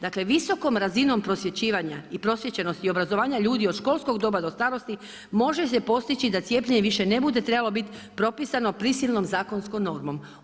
Dakle, visokom razinom prosvjećivanja i prosvjećenosti obrazovanja ljudi od školskog doba do starosto, može se postići da cijepljenje više ne bude trebalo biti propisano prisilnom zakonskom normom.